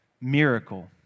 miracle